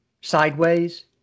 sideways